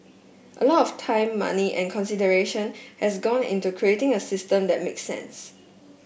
a lot of time money and consideration has gone into creating a system that make sense